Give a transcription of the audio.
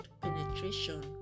penetration